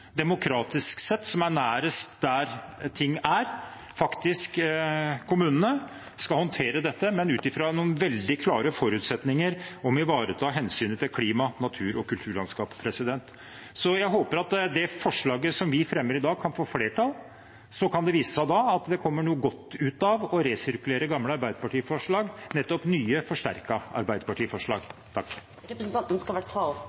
som er nærmest der ting faktisk er. Kommunene skal håndtere dette, men ut fra noen veldig klare forutsetninger om å ivareta hensynet til klima, natur og kulturlandskap. Jeg håper at forslaget vi fremmer i dag, kan få flertall. Da kan det vise seg at det kommer noe godt ut av å resirkulere gamle Arbeiderparti-forslag: nettopp nye, forsterkete Arbeiderparti-forslag. Jeg tar opp forslaget fra Arbeiderpartiet. Da har representanten Terje Aasland tatt opp